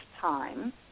time